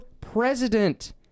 president